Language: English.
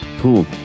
cool